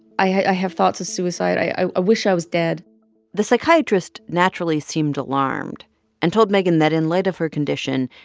i have thoughts of suicide. i wish i was dead the psychiatrist, naturally, seemed alarmed and told megan that in light of her condition,